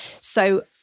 So-